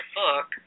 book